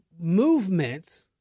movement